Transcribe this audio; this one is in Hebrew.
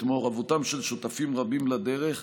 את מעורבותם של שותפים רבים לדרך,